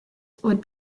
would